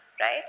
right